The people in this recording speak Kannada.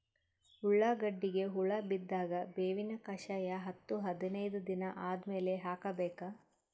ಉಳ್ಳಾಗಡ್ಡಿಗೆ ಹುಳ ಬಿದ್ದಾಗ ಬೇವಿನ ಕಷಾಯ ಹತ್ತು ಹದಿನೈದ ದಿನ ಆದಮೇಲೆ ಹಾಕಬೇಕ?